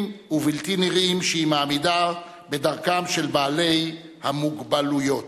ובלתי נראים שהיא מעמידה בדרכם של בעלי המוגבלויות.